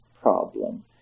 problem